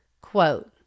Quote